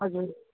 हजुर